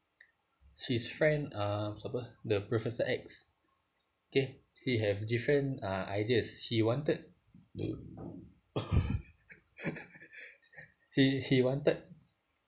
his friend uh siapa uh the professor X okay he have different uh ideas he wanted he he wanted